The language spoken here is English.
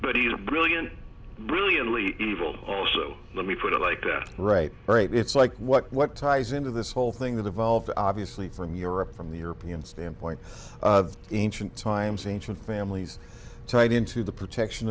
but he is a brilliant brilliantly evil oh so let me put it like that right right it's like what what ties into this whole thing that evolved obviously from europe from the european standpoint of ancient times ancient families tied into the protection